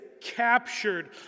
captured